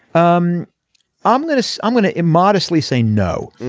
um i'm going to so i'm going to immodestly say no.